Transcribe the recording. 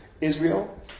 Israel